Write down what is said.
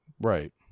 Right